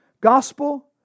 Gospel